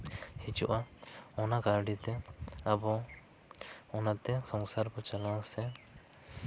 ᱦᱤᱡᱩᱜᱼᱟ ᱚᱱᱟ ᱠᱟᱹᱣᱰᱤ ᱛᱮ ᱟᱵᱚ ᱚᱱᱟᱛᱮ ᱥᱚᱝᱥᱟᱨ ᱵᱚᱱ ᱪᱟᱞᱟᱣᱟ ᱥᱮ